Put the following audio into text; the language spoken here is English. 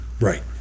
right